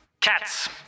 cats